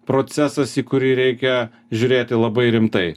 procesas į kurį reikia žiūrėti labai rimtai